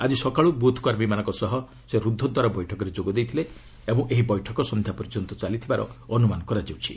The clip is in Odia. ଆଜି ସକାଳୁ ବୁଥ୍ କର୍ମୀମାନଙ୍କ ସହ ସେ ରୁଦ୍ଧଦ୍ୱାର ବୈଠକରେ ଯୋଗ ଦେଇଥିଲେ ଓ ଏହି ବୈଠକ ସନ୍ଧ୍ୟା ପର୍ଯ୍ୟନ୍ତ ଚାଲିଥିବାର ଅନୁମାନ କରାଯାଉଛି